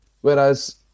whereas